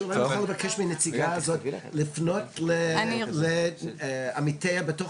אני יכול לבקש מהנציגה הזאת לפנות לעמיתיה בתוך